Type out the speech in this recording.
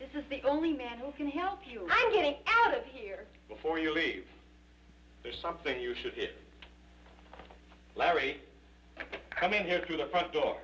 this is the only man who can help you get out of here before you leave there's something you should hear larry i mean here to the front door